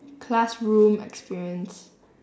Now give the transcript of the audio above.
classroom experience